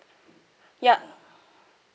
ya